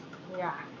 yeah